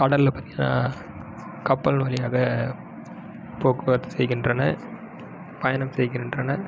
கடலில் பார்த்தீங்கனா கப்பல் வழியாக போக்குவரத்து செய்கின்றன பயணம் செய்கின்றன